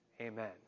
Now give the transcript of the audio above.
Amen